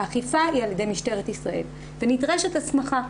האכיפה היא על ידי משטרת ישראל, ונדרשת הסמכה.